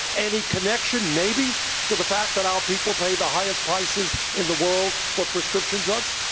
any connection maybe to the fact that our people pay the highest prices in the world for prescription drugs?